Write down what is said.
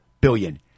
billion